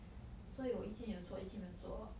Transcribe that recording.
所以我一天有做一天没有做